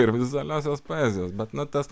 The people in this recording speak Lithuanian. ir vizualiosios poezijos bet na tas